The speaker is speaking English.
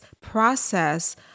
process